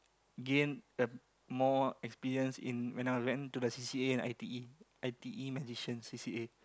gain the more experience in when I was went to the c_c_a in i_t_e i_t_e magicians c_c_a